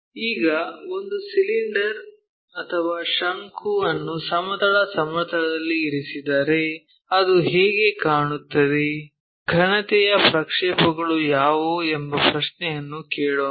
ಈಗ ಒಂದು ಸಿಲಿಂಡರ್ ಅಥವಾ ಶಂಕು ಅನ್ನು ಸಮತಲ ಸಮತಲದಲ್ಲಿ ಇರಿಸಿದರೆ ಅದು ಹೇಗೆ ಕಾಣುತ್ತದೆ ಘನತೆಯ ಪ್ರಕ್ಷೇಪಗಳು ಯಾವುವು ಎಂಬ ಪ್ರಶ್ನೆಯನ್ನು ಕೇಳೋಣ